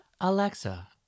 Alexa